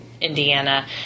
Indiana